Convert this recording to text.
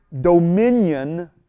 dominion